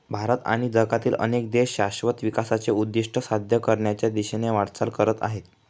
भारत आणि जगातील अनेक देश शाश्वत विकासाचे उद्दिष्ट साध्य करण्याच्या दिशेने वाटचाल करत आहेत